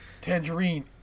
tangerine